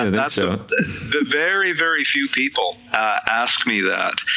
and so very very few people ask me that,